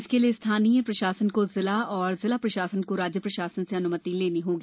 इसके लिये स्थानीय प्रशासन को जिला और जिला प्रशासन को राज्य प्रशासन से अनुमति लेनी होगी